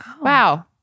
Wow